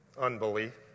Unbelief